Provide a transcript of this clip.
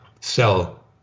sell